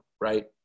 right